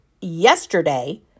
yesterday